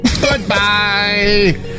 Goodbye